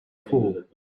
pool